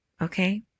Okay